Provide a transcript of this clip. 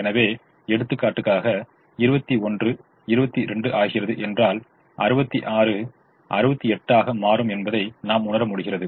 எனவே எடுத்துக்காட்டுக்காக 21 22 ஆகிறது என்றால் 66 68 ஆக மாறும் என்பதை நாம் உணர முடிகிறது